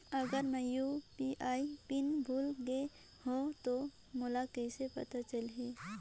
अगर मैं UPI PIN भुल गये हो तो मोला कइसे पता चलही?